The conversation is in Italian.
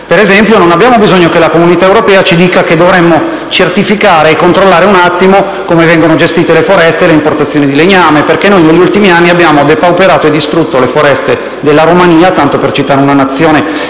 Per esempio, non abbiamo bisogno che l'Unione europea ci dica che dovremmo certificare e controllare come vengono gestite le foreste e l'importazione di legname, perché negli ultimi anni abbiamo depauperato e distrutto le foreste della Romania (tanto per citare una Nazione